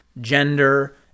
gender